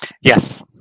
Yes